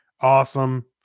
awesome